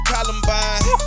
Columbine